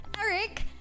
Eric